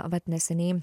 vat neseniai